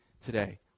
today